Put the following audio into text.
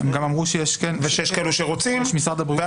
הם גם אמרו שיש גם את משרד הבריאות --- ושיש כאלו שרוצים,